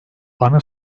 ana